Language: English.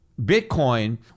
Bitcoin